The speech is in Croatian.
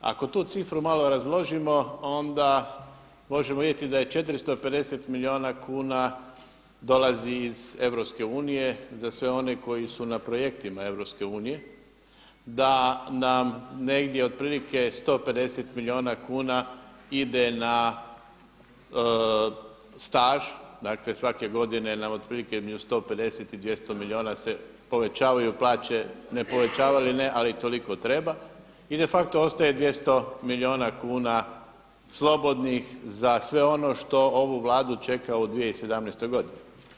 Ako tu cifru malo razložimo onda možemo vidjeti da je 450 milijuna kuna dolazi iz EU za sve one koji su na projektima EU, da nam negdje otprilike 150 milijuna kuna ide na staž, dakle svake godine nam otprilike između 150 i 200 milijuna se povećavaju plaće, ne povećavale ili ne ali toliko treba, i de facto ostaje 200 milijuna kuna slobodnih za sve ono što ovu Vladu čeka u 2017. godini.